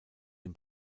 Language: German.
dem